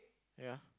ya